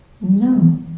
No